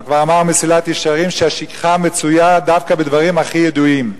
אבל כבר אמר "מסילת ישרים" שהשכחה מצויה דווקא בדברים הכי ידועים,